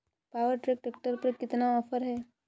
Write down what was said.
Power track tractor पर कितना offer है?